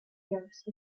dose